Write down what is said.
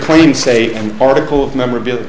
claim say an article of memorabilia